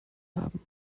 haben